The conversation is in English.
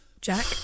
Jack